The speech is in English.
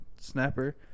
snapper